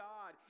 God